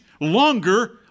longer